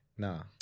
Nah